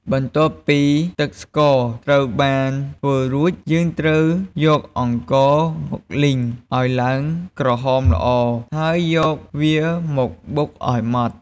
បន្ទាប់ពីទឹកស្ករត្រូវបានធ្វើរួច យើងត្រូវយកអង្ករមកលីងឱ្យឡើងក្រហមល្អ ហើយយកវាមកបុកឱ្យម៉ដ្ឋ។